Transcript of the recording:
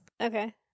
Okay